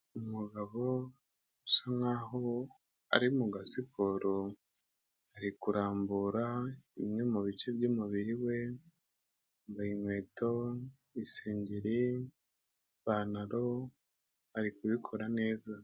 Umugabo usa nk'aho ari mu gasiporo, ari kurambura bimwe mu bice by'umubiri we, yambaye inkweto, isengeri, ipantaro, ari kubikora neza.